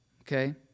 Okay